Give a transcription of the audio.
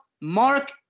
Mark